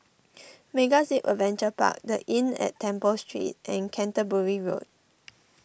MegaZip Adventure Park the Inn at Temple Street and Canterbury Road